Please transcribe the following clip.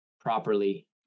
properly